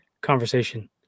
conversation